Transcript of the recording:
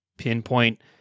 pinpoint